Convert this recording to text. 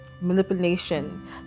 manipulation